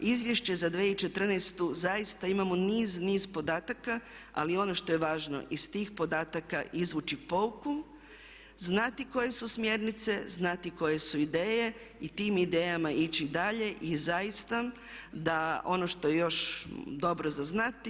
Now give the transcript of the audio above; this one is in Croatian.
Izvješće za 2014. zaista imamo niz, niz podataka, ali ono što je važno iz tih podataka izvući pouku, znati koje su smjernice, znati koje su ideje i tim idejama ići dalje i zaista da ono što je još dobro za znati.